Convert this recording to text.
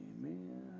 Amen